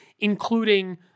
including